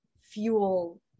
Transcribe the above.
fuel